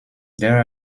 there